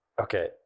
okay